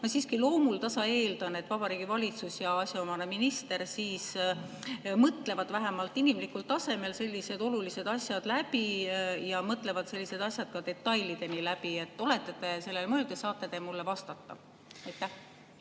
Ma siiski loomuldasa eeldan, et Vabariigi Valitsus ja asjaomane minister mõtlevad vähemalt inimlikul tasemel sellised olulised asjad läbi ja mõtlevad need detailideni läbi. Olete te sellele mõelnud ja saate te mulle vastata? Aitäh!